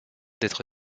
d’être